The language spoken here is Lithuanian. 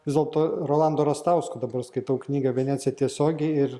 vis dėlto rolando rastausko dabar skaitau knygą venecija tiesiogiai ir